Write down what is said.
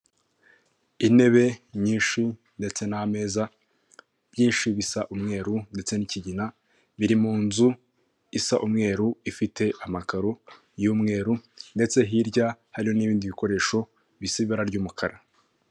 Intebe nyinshi ndetse n'ameza byinshi bisa umweru ndetse n'ikigina biri mu nzu isa umweru ifite amakaro y'umweru ndetse hirya hari n'ibindi bikoresho bisi ibara ry'umukara.